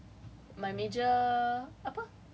and my major err